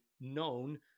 known